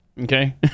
okay